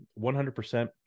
100%